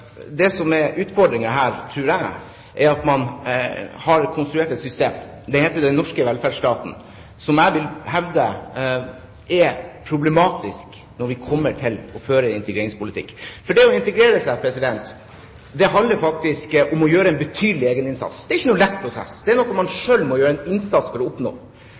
Det som jeg tror er utfordringen her, er at man har konstruert et system – det heter den norske velferdsstaten – som jeg vil hevde er problematisk når vi kommer til det å føre en integreringspolitikk. Det å integrere seg handler faktisk om å gjøre en betydelig egeninnsats. Det er ingen lett prosess; det er noe man selv må gjøre en innsats for for å oppnå.